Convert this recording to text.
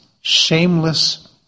shameless